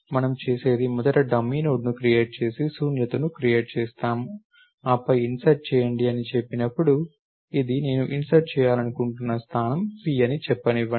మనం చేసేది మొదట డమ్మీ నోడ్ని క్రియేట్ చేసి శూన్యతను క్రియేట్ చేస్తాము ఆపై ఇన్సర్ట్ చేయండి అని చెప్పినప్పుడు ఇది నేను ఇన్సర్ట్ చేయాలనుకుంటున్న స్థానం p అని చెప్పనివ్వండి